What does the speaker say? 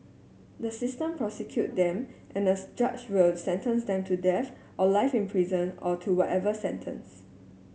the system prosecute them and a judge will sentence them to death or life in prison or to whatever sentence